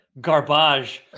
garbage